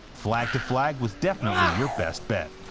flag to flag was definitely your best bet.